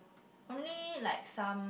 only like some